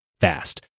fast